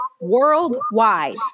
worldwide